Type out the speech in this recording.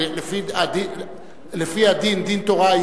דין תורה,